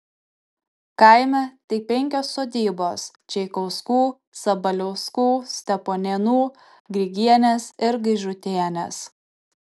kaime tik penkios sodybos čeikauskų sabaliauskų steponėnų grigienės ir gaižutienės